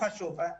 לא חשוב.